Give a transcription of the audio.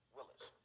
Willis